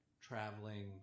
traveling